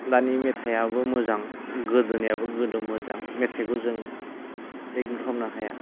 दानि मेथाइआबो मोजां गोदोनियाबो गोदो मोजां मेथाइखौ जों इगनर खालामनो हाया